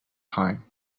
time